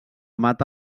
mata